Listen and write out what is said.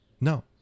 No